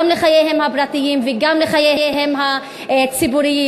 גם לחייהן הפרטיים וגם לחייהן הציבוריים.